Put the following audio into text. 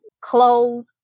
clothes